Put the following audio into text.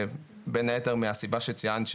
בין היתר מהסיבה שציינת,